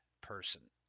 person